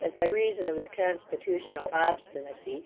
as by reason of his constitutional obstinacy